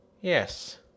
Yes